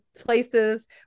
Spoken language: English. places